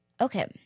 Okay